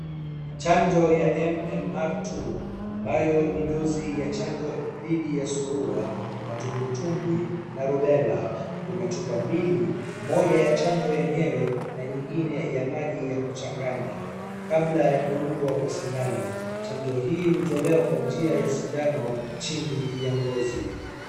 Chanjo ya MMR two[cs ambayo ni dozi ya chanjo dhidi ya surua, matumbwitumbwi na rubela. Kuna chupa mbili, moja ya chanjo yenyewe na nyingine ya maji ya kuchanganya. Kabla ya kudungwa kwa sindano chanjo hii hutolewa kwa njia ya sindano chini ya ngozi.